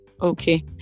okay